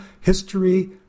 history